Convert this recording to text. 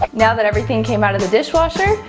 now that everything came out of the dishwasher,